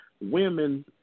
women